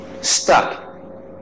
stuck